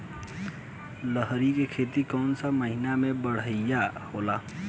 लहरी के खेती कौन महीना में बढ़िया होला?